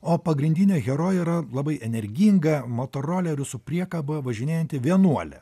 o pagrindinė herojė yra labai energinga motoroleriu su priekaba važinėjanti vienuolė